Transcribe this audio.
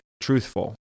truthful